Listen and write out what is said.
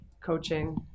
coaching